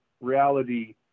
reality